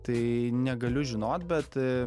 tai negaliu žinot bet